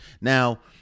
Now